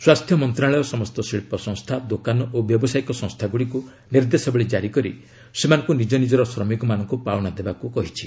ସ୍ୱାସ୍ଥ୍ୟ ମନ୍ତ୍ରଣାଳୟ ସମସ୍ତ ଶିଳ୍ପ ସଂସ୍ଥା ଦୋକାନ ଓ ବ୍ୟବସାୟିକ ସଂସ୍ଥାଗୁଡ଼ିକୁ ନିର୍ଦ୍ଦେଶାବଳୀ କାରି କରି ସେମାନଙ୍କୁ ନିଜ ନିଜର ଶ୍ରମିକମାନଙ୍କୁ ପାଉଣା ଦେବାକୁ କହିଛି